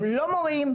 הם לא מורים,